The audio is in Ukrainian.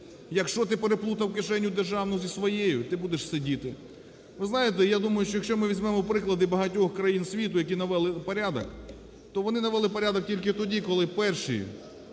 якщо ти переплутав кишеню державну зі своєю, ти будеш сидіти. Ви знаєте, я думаю, що якщо ми візьмемо приклади багатьох країн світу, які навели порядок, то вони навели порядок тільки тоді, коли перші